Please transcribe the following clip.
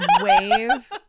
Wave